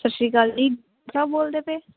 ਸਤਿ ਸ਼੍ਰੀ ਅਕਾਲ ਜੀ ਬੋਲਦੇ ਪਏ